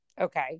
Okay